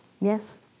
Yes